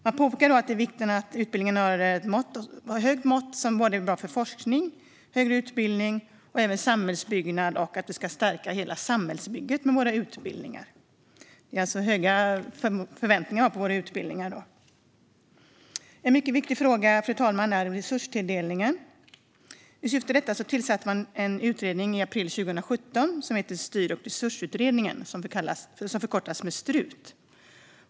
Man påpekar vikten av att utbildningen har ett högt mått av det som är bra för forskning, högre utbildning och samhällsbyggnad och att vi ska stärka hela samhällsbygget med våra utbildningar. Det finns alltså höga förväntningar på våra utbildningar. Fru talman! En mycket viktig fråga är resurstilldelningen. I april 2017 tillsattes Styr och resursutredningen, som förkortas Strut.